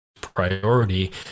priority